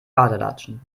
badelatschen